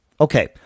Okay